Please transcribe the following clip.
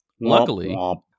luckily